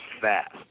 fast